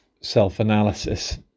self-analysis